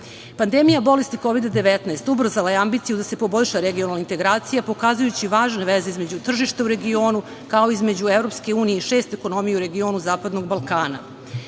Pandemija bolesti Kovida-19 ubrzala je ambiciju da se poboljša regionalna integracija, pokazujući važne veze između tržišta u regionu, kao i između Evropske unije i šest ekonomija u regionu Zapadnog Balkana.